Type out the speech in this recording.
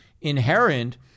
inherent